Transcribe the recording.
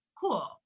cool